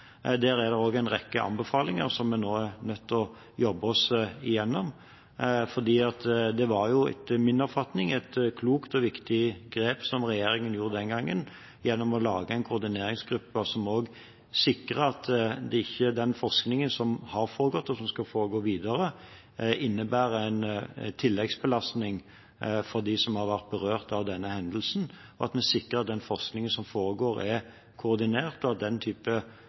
Der er det også en rekke anbefalinger som vi nå er nødt til å jobbe oss igjennom, for det var – etter min oppfatning – et klokt og viktig grep som regjeringen gjorde den gangen, gjennom å lage en koordineringsgruppe som sikrer at den forskningen som har foregått, og som skal foregå videre, ikke innebærer en tilleggsbelastning for dem som har vært berørt av denne hendelsen, at vi sikrer at den forskningen som foregår, er koordinert, og at